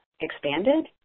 expanded